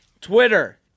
Twitter